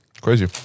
Crazy